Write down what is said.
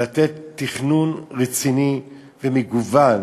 ולתת תכנון רציני ומגוון